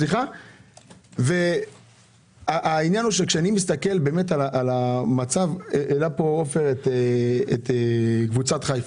העלה פה עופר את קבוצת חיפה.